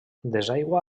desaigua